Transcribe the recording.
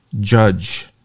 judge